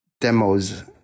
demos